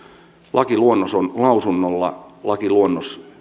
lakiluonnos on lausunnolla lakiluonnos